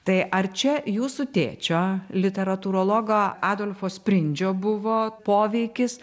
tai ar čia jūsų tėčio literatūrologo adolfo sprindžio buvo poveikis